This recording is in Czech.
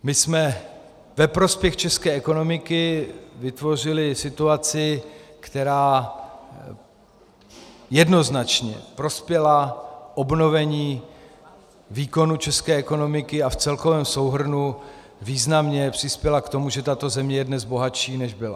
My jsme ve prospěch české ekonomiky vytvořili situaci, která jednoznačně prospěla obnovení výkonu české ekonomiky a v celkovém souhrnu významně přispěla k tomu, že tato země je dnes bohatší, než byla.